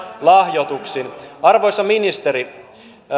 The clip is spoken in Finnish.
lahjoituksin arvoisa ministeri